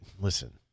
listen